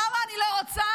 למה אני לא רוצה?